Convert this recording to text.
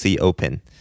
Open